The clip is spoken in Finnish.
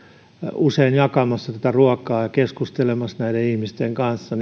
usein olen jakamassa ruokaa ja keskustelemassa näiden ihmisten kanssa